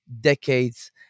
decades